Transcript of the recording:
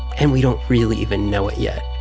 and we don't really even know it yet